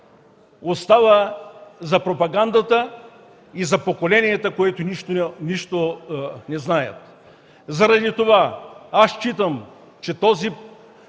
остава за пропагандата и за поколенията, които нищо не знаят. Заради това аз считам, че